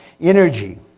energy